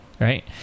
right